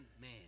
man